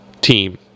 Team